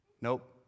Nope